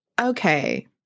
okay